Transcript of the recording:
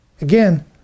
Again